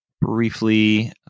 briefly